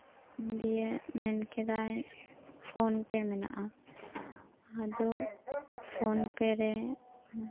ᱫᱤᱭᱮ ᱢᱮᱱ ᱠᱮᱫᱟᱭ ᱯᱷᱳᱱ ᱯᱮ ᱢᱮᱱᱟᱜᱼᱟ ᱟᱫᱚ ᱯᱷᱳᱱ